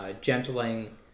Gentling